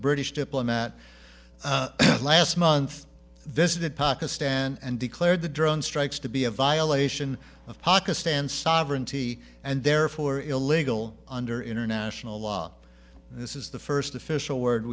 british diplomat last month visited pakistan and declared the drone strikes to be a violation of pakistan's sovereignty and therefore illegal under international law this is the first official word